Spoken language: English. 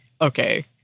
Okay